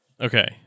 Okay